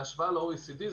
בהשוואה ל-OECD,